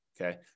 Okay